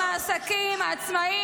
הסתה, הסתה.